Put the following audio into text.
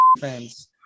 fans